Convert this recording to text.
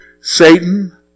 Satan